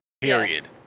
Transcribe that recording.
Period